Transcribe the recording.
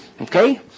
Okay